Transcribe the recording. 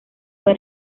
fue